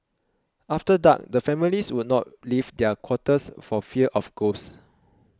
after dark the families would not leave their quarters for fear of ghosts